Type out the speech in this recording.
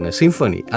symphony